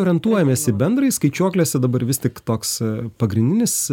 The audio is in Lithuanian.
orientuojamies į bendrąjį skaičiuoklėse dabar vis tik toks pagrindinis